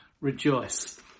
rejoice